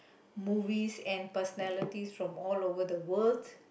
movies and personalities from all over the world